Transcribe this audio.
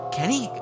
Kenny